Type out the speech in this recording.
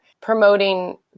promoting